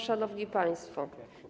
Szanowni Państwo!